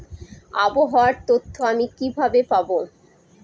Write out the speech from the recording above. আবহাওয়ার তথ্য আমি কিভাবে পাবো?